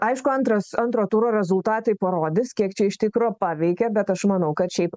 aišku antras antro turo rezultatai parodys kiek čia iš tikro paveikė bet aš manau kad šiaip